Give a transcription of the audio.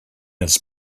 his